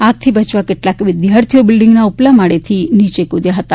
આગથી બચવા કેટલાક વિદ્યાર્થીઓ બિલ્ડીંગ ના ઉપલા માળેથી નીચે કુદયા હતા